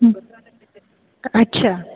अच्छा